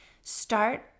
Start